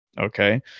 Okay